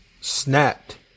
snapped